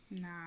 Nah